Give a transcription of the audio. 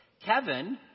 Kevin